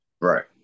right